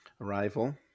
Arrival